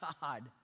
God